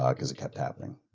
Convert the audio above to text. because it kept happening.